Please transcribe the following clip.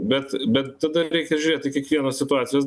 bet bet tada reikia žiūrėti kiekvienos situacijos